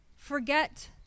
Forget